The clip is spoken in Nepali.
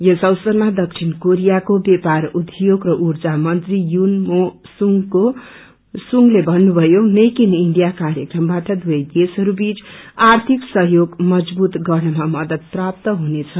यस अवसरमा दक्षिण कोरियको व्यापार उप्योग र ऊर्जा मंत्री युन मो सुंग्ले भन्नुभयो मेक ईन ईण्डिया कार्यक्रमवाट दुवै देशहरू बीच आर्थिक सहयोग मजवूत गर्नमा मदर प्राप्त हुनेछ